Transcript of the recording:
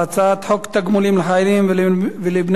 על הצעת חוק תגמולים לחיילים ולבני